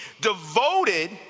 devoted